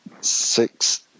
six